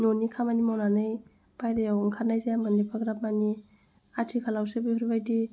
न'नि खामानि मावनानै बायह्रायाव ओंखारनाय जायामोन एफाग्राब मानि आथिखालावसो बेफोरबादि